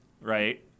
right